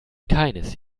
keines